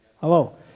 Hello